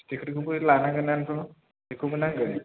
फिथिख्रिखौबो लानांगोन्नानोथ' फिथिख्रिखौबो नांगोन